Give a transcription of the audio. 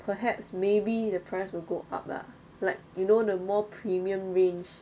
perhaps maybe the price will go up lah like you know the more premium range